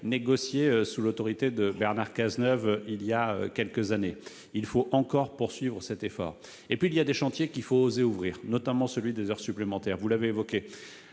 négocié sous l'autorité de Bernard Cazeneuve il y a quelques années. Il faut encore poursuivre cet effort. Et puis, il y a des chantiers qu'il faut oser ouvrir, notamment celui des heures supplémentaires, vous l'avez évoqué.